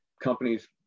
companies